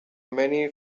many